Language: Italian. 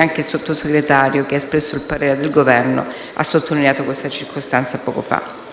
Anche il Sottosegretario, che ha espresso il parere del Governo, poco fa ha sottolineato questa circostanza.